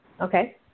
Okay